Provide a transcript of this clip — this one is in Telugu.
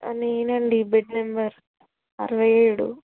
నేనండి బెడ్ నెంబర్ అరవై ఏడు